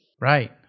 Right